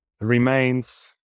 remains